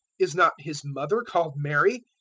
is not his mother called mary?